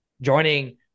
joining